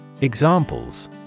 Examples